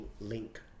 link